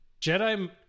Jedi